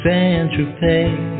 Saint-Tropez